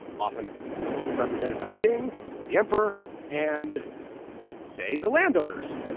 often represented by the king or the emperor and say, the landowners,